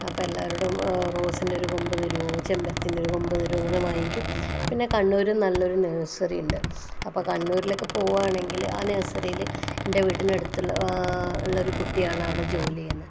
അപ്പം എല്ലാവരോടും റോസിൻ്റെ ഒരു കൊമ്പ് തരുവോ ചെമ്പരത്തിൻ്റെ ഒരു കൊമ്പ് തരുവോ അങ്ങനെ വാങ്ങിക്കും പിന്നെ കണ്ണൂരും നല്ലൊരു നേഴ്സറി ഉണ്ട് അപ്പോൾ കണ്ണൂരിൽ ഒക്കെ പോവുകയാണെങ്കിൽ ആ നേഴ്സറിയിൽ എൻ്റെ വീട്ടിനടുത്തുള്ള ഉള്ളോരു കുട്ടിയാണ് അവിടെ ജോലി ചെയ്യുന്നത്